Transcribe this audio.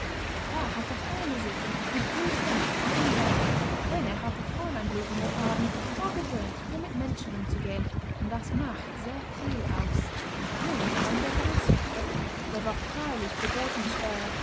er hatte feine sitten und grüßte nach allen seiten denn er hatte fräuleinblut in den adern und war gewöhnt nur mit menschen umzugehen und das macht sehr viel aus nun kam der grashüpfer der war freilich bedeutend